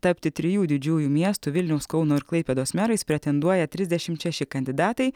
tapti trijų didžiųjų miestų vilniaus kauno ir klaipėdos merais pretenduoja trisdešimt šeši kandidatai